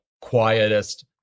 quietest